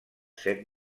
set